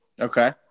Okay